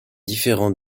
différents